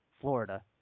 Florida